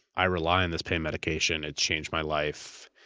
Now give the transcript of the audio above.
i rely on this pain medication, it's changed my life.